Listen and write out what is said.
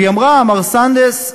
היא אמרה: מר סנדס,